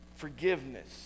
Forgiveness